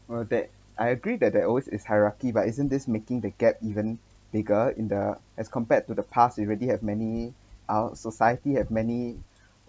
well that I agree that there always is hierarchy but isn't this making the gap even bigger in the as compared to the past you already have many uh society have many